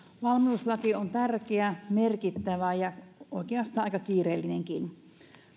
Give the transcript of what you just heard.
valmiuslaki on tärkeä merkittävä ja oikeastaan aika kiireellinenkin